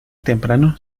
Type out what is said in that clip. temprano